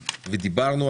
ודיברנו,